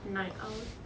night owl